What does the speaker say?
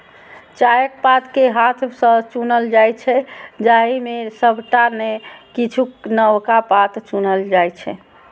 चायक पात कें हाथ सं चुनल जाइ छै, जाहि मे सबटा नै किछुए नवका पात चुनल जाइ छै